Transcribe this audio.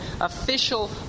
official